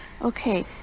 Okay